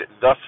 thus